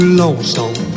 lonesome